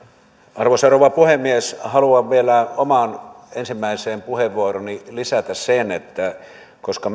arvoisa rouva puhemies haluan vielä omaan ensimmäiseen puheenvuorooni lisätä sen että koska